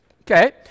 Okay